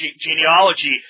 genealogy